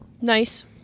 Nice